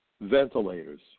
ventilators